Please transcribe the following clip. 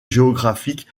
géographique